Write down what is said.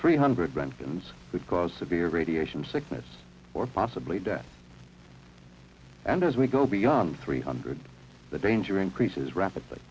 three hundred brenton's would cause severe radiation sickness or possibly death and as we go beyond three hundred the danger increases rapidly